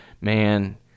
man